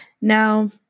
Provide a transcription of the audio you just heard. Now